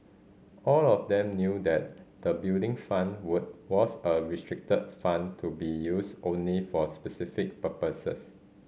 all of them knew that the Building Fund were was a restricted fund to be used only for specific purposes